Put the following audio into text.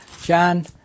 John